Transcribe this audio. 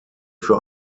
für